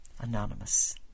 Anonymous